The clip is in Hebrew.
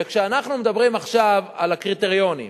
וכשאנחנו מדברים עכשיו על הקריטריונים,